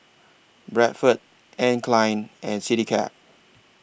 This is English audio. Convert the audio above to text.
Bradford Anne Klein and Citycab